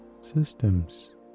systems